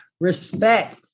respect